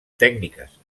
tècniques